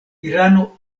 irano